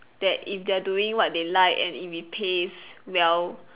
that if they are doing what they like and if it pays well